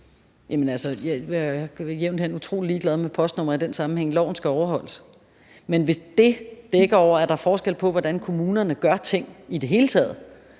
hen utrolig ligeglad med postnummer i den sammenhæng; loven skal overholdes. Men hvis »det« dækker over, at der er forskel på, hvordan kommunerne gør ting i det hele taget,